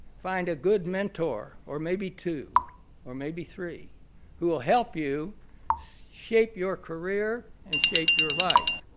find a good mentor or maybe two or maybe three who will help you shape your career and shape your life.